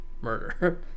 murder